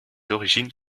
origines